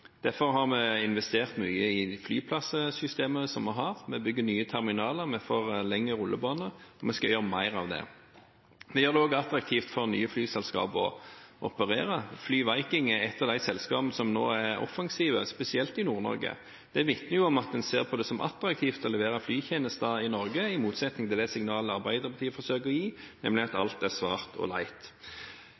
Derfor har vi investert mye i flyplassystemet vi har. Vi bygger nye terminaler, vi forlenger rullebaner, og vi skal gjøre mer av det. Vi gjør det også attraktivt for nye flyselskaper å operere. FlyViking er et av de selskapene som nå er offensive, spesielt i Nord-Norge. Det vitner om at en ser på det som attraktivt å levere flytjenester i Norge, i motsetning til det signalet Arbeiderpartiet forsøker å gi, nemlig at alt er svart og leit.